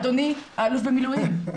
אדוני האלוף במילואים?